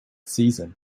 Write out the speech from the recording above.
season